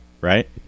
Right